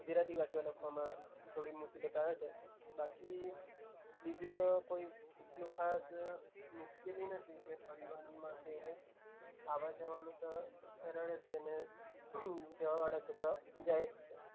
ગુજરાતી વાંચવા લખવામાં થોડી મુસીબત આવે છે બાકી બીજું તો કોઈ એટલું ખાસ મુશ્કેલી નથી કે પરિવહનમાં કે એવું કોઈ આવવા જવાનું તો સરળ જ છેને જવા વાળા છોકરાંઓ જાય જ છે